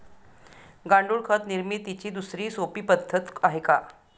गांडूळ खत निर्मितीची दुसरी सोपी पद्धत आहे का?